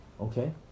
Okay